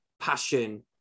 passion